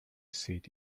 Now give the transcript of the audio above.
seat